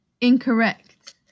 Incorrect